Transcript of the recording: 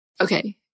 Okay